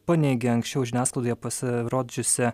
paneigė anksčiau žiniasklaidoje pasirodžiusią